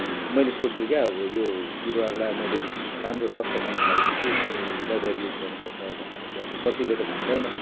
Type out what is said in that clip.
मैले सोध्छु क्या अब यो बिरुवाहरूलाई मैले राम्रो स्वस्थ बनाउनुको लागि चाहिँ के दबाईहरू युज गर्नुपर्छ भन्दाखेरि चाहिँ अब कतिले त भन्दैन